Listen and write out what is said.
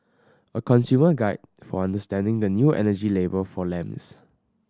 a consumer guide for understanding the new energy label for lamps